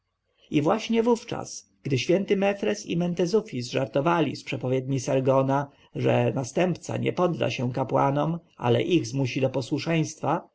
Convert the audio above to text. i właśnie wówczas gdy święty mefres i mentezufis żartowali z przepowiedni sargona że następca nie podda się kapłanom ale ich zmusi do posłuszeństwa